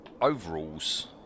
overalls